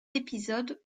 épisodes